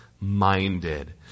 Minded